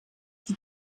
die